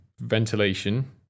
Ventilation